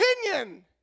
opinion